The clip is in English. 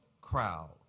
crowd